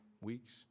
Weeks